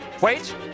Wait